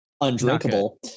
Undrinkable